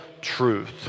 truth